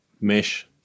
mesh